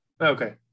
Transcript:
Okay